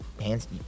hands